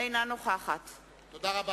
אינה נוכחת תודה רבה.